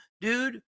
dude